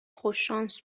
خوششانس